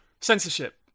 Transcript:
Censorship